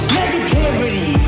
Negativity